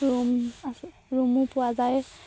room আছে ৰুমো পোৱা যায়